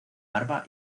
barba